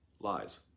lies